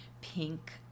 pink